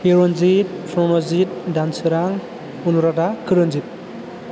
किर'न्जिथ प्रन'जिथ दानसोरां अनुरादा कोरोनजिथ